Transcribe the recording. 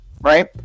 right